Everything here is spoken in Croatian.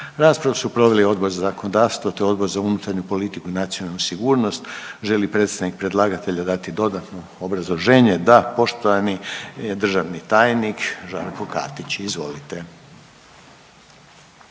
Raspravu su proveli Odbor za zakonodavstvo, te Odbor za unutarnju politiku i nacionalnu sigurnost. Želi li predstavnik predlagatelja dati dodatno obrazloženje? Da. Poštovani državni tajnik Žarko Katić, izvolite.